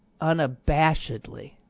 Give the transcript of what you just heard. unabashedly